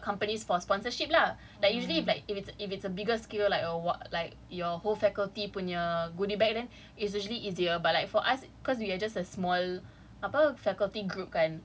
company for sponsorship lah but usually like if it's a bigger scale like what like your whole faculty punya goody bag then it's usually easier but like for us cause we are just a small apa faculty group kan